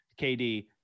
KD